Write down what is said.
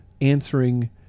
answering